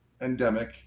endemic